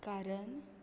कारण